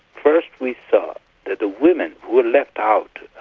first we saw that the women who were left out,